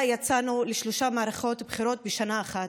יצאנו לשלוש מערכות בחירות בשנה אחת.